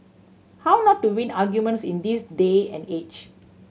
how not to win arguments in this day and age